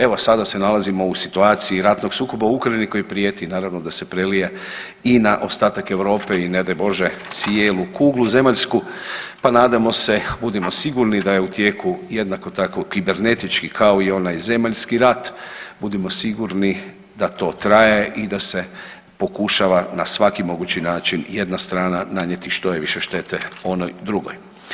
Evo sada se nalazimo u situaciji ratnog sukoba u Ukrajini koji prijeti naravno da se prelije i na ostatak Europe i ne daj Bože cijelu kuglu zemaljsku, pa nadamo se budimo sigurni da je u tijeku jednako tako kibernatički kao i onaj zemaljski rat, budimo sigurni da to traje i da se pokušava na svaki mogući način jedna strana nanijeti što je više štete onoj drugoj.